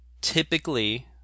typically